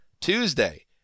Tuesday